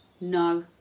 No